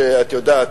את יודעת,